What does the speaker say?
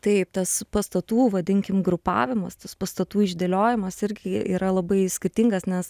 taip tas pastatų vadinkim grupavimas tas pastatų išdėliojimas irgi yra labai skirtingas nes